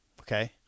Okay